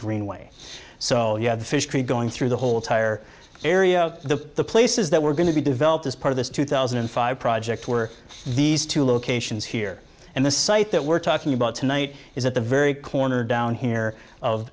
greenway so you have the fish going through the whole entire area the places that were going to be developed as part of this two thousand and five project were these two locations here and the site that we're talking about tonight is at the very corner down here of